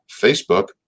Facebook